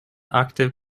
active